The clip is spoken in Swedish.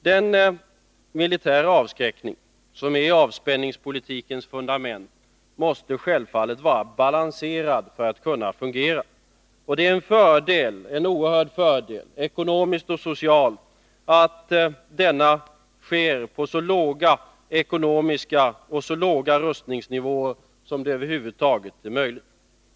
Den militära avskräckning som är avspänningspolitikens fundament måste självfallet vara balanserad för att kunna fungera, och det är en oerhörd fördel — ekonomiskt och socialt — att denna sker på så låg rustningsnivå som över huvud taget är möjligt.